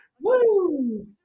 Woo